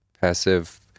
passive